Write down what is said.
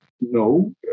No